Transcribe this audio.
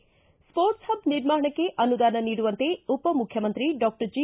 ಿ ಸ್ಟೋಟ್ಸ್ ಹಬ್ ನಿರ್ಮಾಣಕ್ಕೆ ಅನುದಾನ ನೀಡುವಂತೆ ಉಪಮುಖ್ಯಮಂತ್ರಿ ಡಾಕ್ಷರ್ ಜಿ